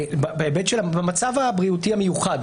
במצב הבריאותי המיוחד,